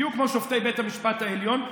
בדיוק כמו שופטי בית המשפט העליון,